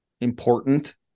important